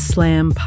Slam